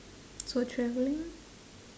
so travelling